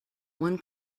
one